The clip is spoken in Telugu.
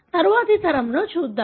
తరువాతి తరంలో చూద్దాం